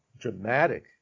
dramatic